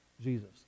Jesus